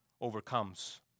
overcomes